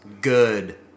good